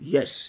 Yes